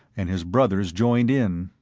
and his brothers joined in.